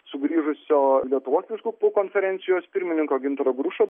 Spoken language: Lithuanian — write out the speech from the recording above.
sugrįžusio lietuvos vyskupų konferencijos pirmininko gintaro grušo